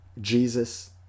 Jesus